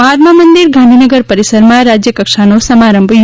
મહાત્મા મંદિર ગાંધીનગર પરિસરમાં રાજ્યકક્ષાનો સમારંભ યોજાશે